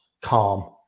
calm